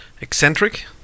Eccentric